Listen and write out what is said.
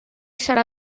serà